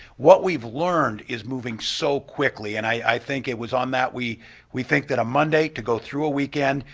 what we've learned is moving so quickly and i think it was on that we we think that a monday to go through a weekend,